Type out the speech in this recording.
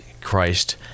Christ